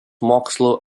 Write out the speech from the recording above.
mokslų